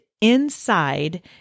inside